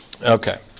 Okay